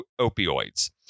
opioids